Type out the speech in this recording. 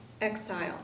exile